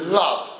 love